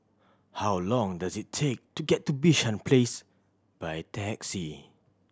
how long does it take to get to Bishan Place by taxi